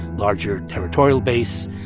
larger territorial base.